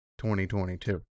2022